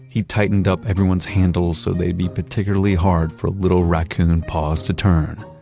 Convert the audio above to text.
he tightened up everyone's handles so they'd be particularly hard for little raccoon paws to turn.